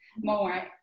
more